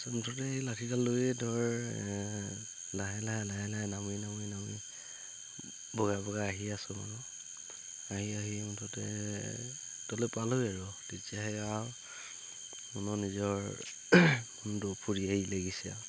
মুঠতে লাঠি লৈয়ে ধৰ লাহে লাহে লাহে লাহে নামি নামেই নামি বগাই বগাই আহি আছোঁ আহি আহি মুঠতে